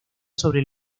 sobre